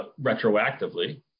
retroactively